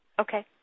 Okay